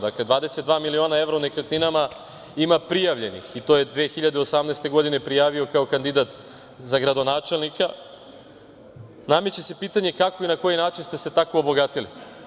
Dakle, 22 miliona evra samo u nekretninama ima prijavljenih i to je u 2018. godini prijavio kao kandidat za gradonačelnika, nameće se pitanje kako i na koji način ste se tako obogatili.